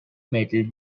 metal